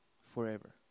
forever